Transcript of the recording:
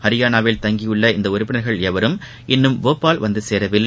ஹரியானாவில் தங்கியுள்ள இந்த உறுப்பினர்கள் எவரும் இன்னும் போபால் வந்து சேரவில்லை